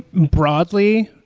broadly,